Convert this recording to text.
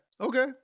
Okay